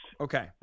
Okay